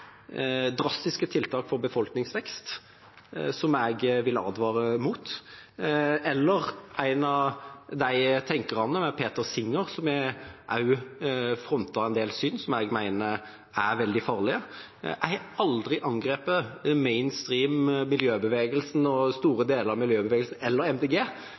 drastiske tiltak om befolkningsvekst, som jeg vil advare mot, eller det gjelder en av tenkerne, Peter Singer, som også har frontet en del syn som jeg mener er veldig farlige. Jeg har aldri angrepet «mainstream»-miljøbevegelsen – store deler av miljøbevegelsen